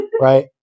right